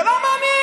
זה לא מעניין.